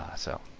so,